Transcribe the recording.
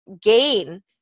gain